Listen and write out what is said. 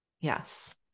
Yes